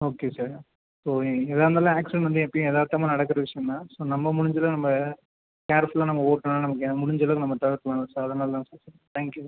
okay sir so ஏதா இருந்தாலும் accident வந்து எப்போயும் யதார்த்தமா நடக்கிற விஷயம் தான் ஸோ நம்ம முடிஞ்சளவு நம்ப கேர்ஃபுல்லாக நம்ம ஓட்டினா நமக்கு முடிஞ்சளவுக்கு நம்ம தவிர்க்கலாம்லை சார் அதனால் தான் சார் சொல்கிறேன் தேங்க்யூ